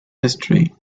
history